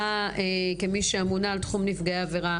כמי שאמונה על תחום נפגעי עבירה.